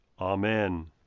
amen